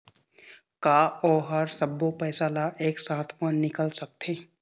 का ओ हर सब्बो पैसा ला एक साथ म निकल सकथे?